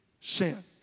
sin